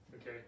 Okay